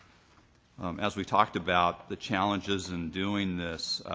as we talked about, the challenges in doing this,